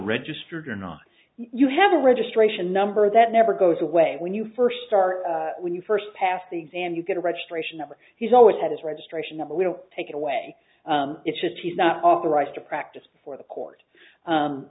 registered or not you have a registration number that never goes away when you first start when you first pass the exam you get a registration number he's always had his registration number we'll take it away it's just he's not authorized to practice for the court